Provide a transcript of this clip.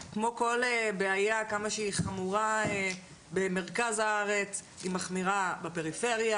כמו כל בעיה כמה שהיא חמורה במרכז הארץ היא מחמירה בפריפריה,